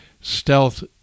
stealth